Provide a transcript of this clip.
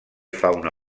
fauna